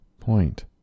point